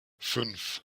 fünf